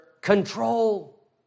control